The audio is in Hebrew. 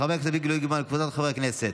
של חבר הכנסת אביגדור ליברמן וקבוצת חברי הכנסת.